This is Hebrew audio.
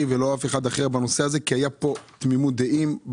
ולא אף אחד אחר בנושא הזה כי הייתה כאן תמימות דעים.